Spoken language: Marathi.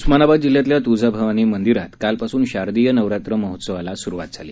उस्मानाबाद जिल्ह्यातल्या तुळजाभवानी मंदिरात कालपासून शारदीय नवरात्र महोत्सवाला सुरुवात झाली